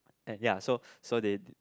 and ya so so they